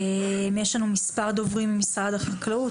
יש לנו מספר דוברים ממשרד החקלאות,